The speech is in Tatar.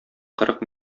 кырык